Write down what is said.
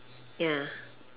ya